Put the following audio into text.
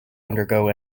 undergo